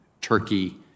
Turkey